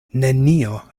nenio